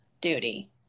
duty